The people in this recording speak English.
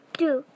two